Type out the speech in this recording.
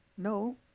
No